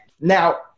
Now